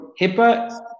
HIPAA